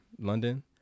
London